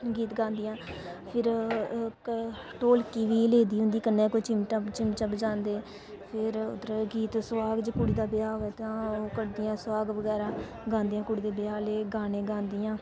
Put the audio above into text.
गीत गादियां फिर इक ढोलकी बी लेती दी होंदी कन्नै कुछ चिमटा बजांदियां फिर उद्धर गीत सुहाग कुड़ीदा ब्याह होऐ ते सुहाग बगैरा गांदिया कुड़ी दे ब्याह आह्ले गाने गांदियां